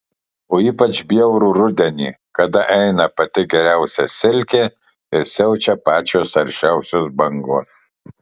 o ypač bjauru rudenį kada eina pati geriausia silkė ir siaučia pačios aršiausios bangos